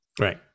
right